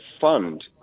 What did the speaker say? fund